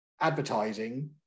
advertising